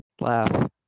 Laugh